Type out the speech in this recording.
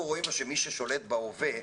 אנחנו רואים שמי ששולט בהווה,